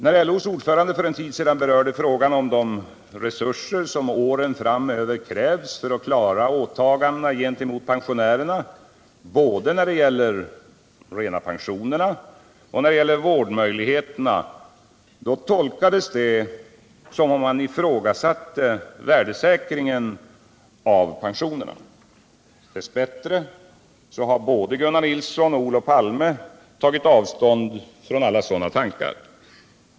När LO:s ordförande för en tid sedan berörde frågan om de resurser som under åren framöver krävs för att klara åtagandena gentemot pensionärerna både när det gäller pensionerna och vårdmöjligheterna, tolkades detta som om han ifrågasatte värdesäkringen av pensionerna. Dess bättre har dock både Gunnar Nilsson och Olof Palme senare tagit avstånd från alla sådana tankar.